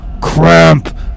cramp